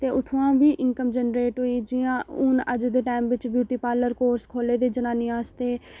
ते उत्थुआं बी इनकम जनरेट होई जि'यां हून अज्ज दे टाइम बिच ब्यूटी पार्लर खोह्ल्ले दे जनानियां आस्तै